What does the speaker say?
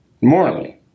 morally